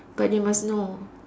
but they must know